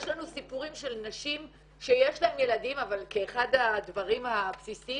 יש לנו סיפורים על נשים שיש להן ילדים אבל כאחד הדברים הבסיסיים,